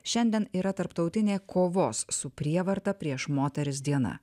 šiandien yra tarptautinė kovos su prievarta prieš moteris diena